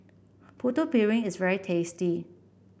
Putu Piring is very tasty